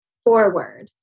Forward